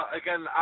again